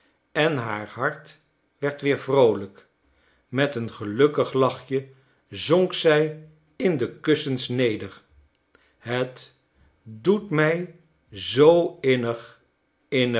en haar hart werd weer vroolijk met een gelukkig lachje zonk zij in de kussens neder het doet mij zoo innig innig